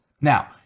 Now